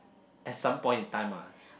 at some point of time lah